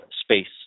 space